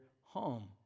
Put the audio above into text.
home